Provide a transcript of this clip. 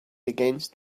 against